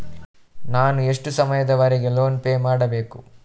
ನಾನು ಎಷ್ಟು ಸಮಯದವರೆಗೆ ಲೋನ್ ಪೇ ಮಾಡಬೇಕು?